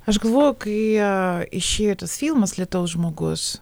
aš galvoju kai išėjo tas filmas lietaus žmogus